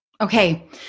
Okay